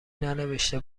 ننوشته